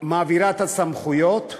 מעבירה את הסמכויות,